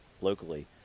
locally